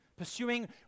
pursuing